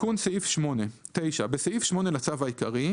"תיקון סעיף 8 9. בסעיף 8 לצו העיקרי,